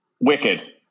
Wicked